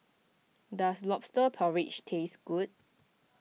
does Lobster Porridge taste good